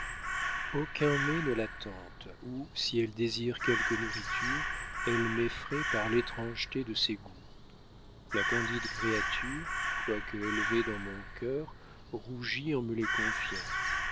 aucun mets ne la tente ou si elle désire quelque nourriture elle m'effraie par l'étrangeté de ses goûts la candide créature quoique élevée dans mon cœur rougit en me les confiant